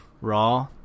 Raw